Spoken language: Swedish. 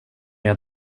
jag